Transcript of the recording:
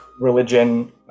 religion